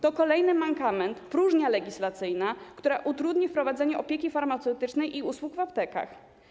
To kolejny mankament, próżnia legislacyjna, która utrudni prowadzenie opieki farmaceutycznej i usług w aptekach.